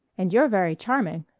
and you're very charming.